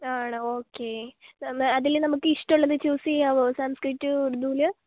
ആണോ ഓക്കെ അതിൽ നമുക്ക് ഇഷ്ടമുള്ളത് ചൂസ് ചെയ്യാമോ സാൻസ്ക്രിറ്റ് ഉറുദുവിൽ